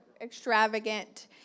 extravagant